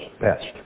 best